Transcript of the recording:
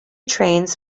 trains